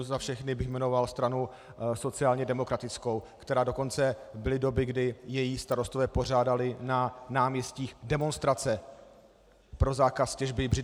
Za všechny bych jmenoval stranu sociálně demokratickou, která dokonce, byly doby, kdy její starostové pořádali na náměstích demonstrace pro zákaz těžby břidlicových plynů.